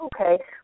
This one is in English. okay